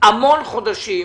המון חודשים.